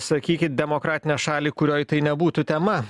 sakykit demokratinę šalį kurioj tai nebūtų tema